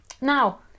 Now